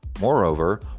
Moreover